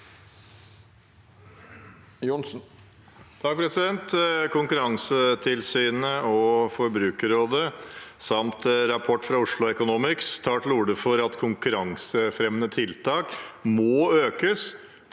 (FrP) «Konkurran- setilsynet og Forbrukerrådet, samt rapport fra Oslo Economics, tar til orde for at konkurransefremmende tiltak må økes